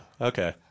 okay